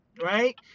right